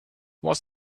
was